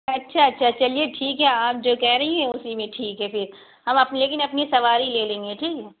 اچھا اچھا چلیے ٹھیک ہے آپ جو کہہ رہی ہیں اُسی میں ٹھیک ہے پھر ہم اپنی لیکن اپنی سواری لے لیں گے ٹھیک ہے